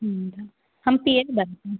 ಹ್ಞ್ ಹಂಪಿ ಎಲ್ಲಿ ಬರತ್ತೆ